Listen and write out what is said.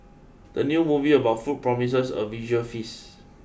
the new movie about food promises a visual feast